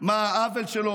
מה העוול שלו,